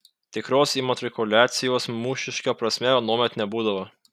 tikros imatrikuliacijos mūsiška prasme anuomet nebūdavo